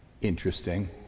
interesting